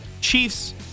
Chiefs